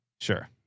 Sure